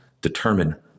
determine